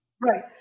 Right